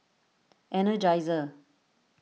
energizer